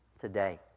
today